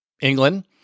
England